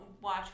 watch